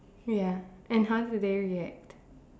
ya and how did they react